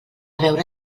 veure